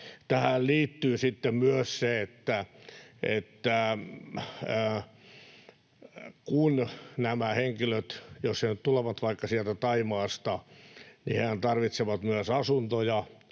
Tähän liittyy sitten myös se, että kun nämä henkilöt, jos he nyt tulevat vaikka sieltä Thaimaasta, tarvitsevat myös asuntoja,